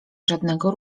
żadnego